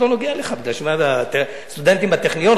סטודנטים בטכניון,